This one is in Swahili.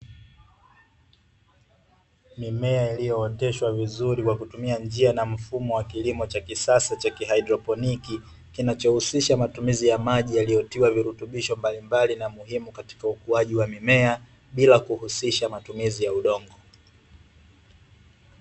Mimea iliyooteshwa vizuri kwa kutumia njia na mfuomo wa kisasa cha haidroponi, kinachohusisha matumizi ya maji yaliyotiwa virutubisho mbalimbali na muhimu katika ukuaji wa mimea bila kuhusisha matumizi ya udongo.